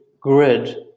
grid